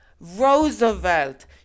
Roosevelt